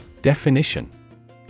Definition